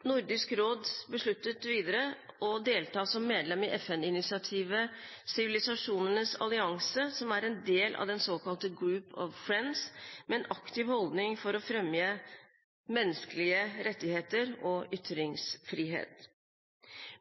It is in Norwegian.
som er en del av den såkalte Group of Friends, med en aktiv holdning for å fremme menneskelige rettigheter og ytringsfrihet.